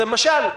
למשל,